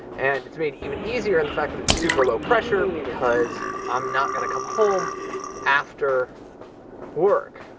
and it's made even easier in the fact that it's super low pressure because i'm not gonna come home after work.